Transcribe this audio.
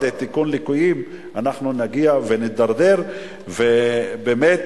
תיקון ליקויים אנחנו נידרדר באמת,